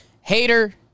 Hater